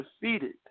defeated